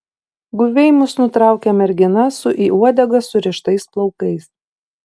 guviai mus nutraukia mergina su į uodegą surištais plaukais